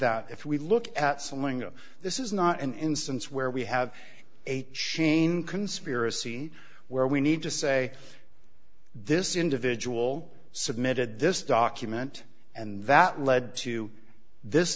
that if we look at something and this is not an instance where we have a chain conspiracy where we need to say this individual submitted this document and that led to this